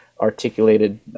articulated